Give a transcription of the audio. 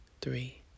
three